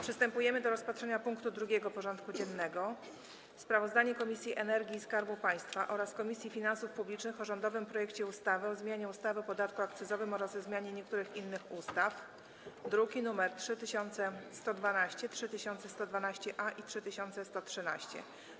Przystępujemy do rozpatrzenia punktu 2. porządku dziennego: Sprawozdanie Komisji do Spraw Energii i Skarbu Państwa oraz Komisji Finansów Publicznych o rządowym projekcie ustawy o zmianie ustawy o podatku akcyzowym oraz o zmianie niektórych innych ustaw (druki nr 3112, 3112-A i 3113)